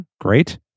great